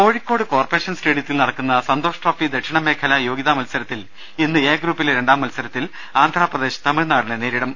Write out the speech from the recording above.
Kozhikode corporation സ്റ്റേഡിയത്തിൽ നടക്കുന്ന Santosh trophy ദക്ഷിണമേഖലാ യോഗ്യതാമത്സരത്തിൽ ഇന്ന് എ ഗ്രൂപ്പിലെ രണ്ടാംമത്സരത്തിൽ ആന്ധ്രപ്രദേശ് തമിഴ്നാടിനെ നേരിടും